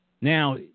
Now